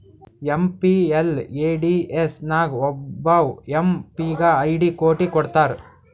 MPLADS ನಾಗ್ ಒಬ್ಬವ್ M P ಗ ಐಯ್ಡ್ ಕೋಟಿ ಕೊಡ್ತಾರ್